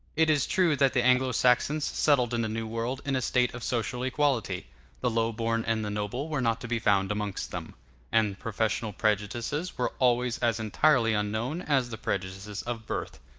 it is true that the anglo-saxons settled in the new world in a state of social equality the low-born and the noble were not to be found amongst them and professional prejudices were always as entirely unknown as the prejudices of birth.